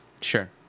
sure